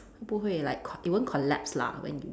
不会 like co~ it won't collapse lah when you